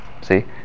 See